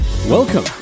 Welcome